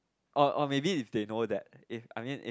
oh oh maybe they know that if I mean if